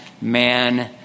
man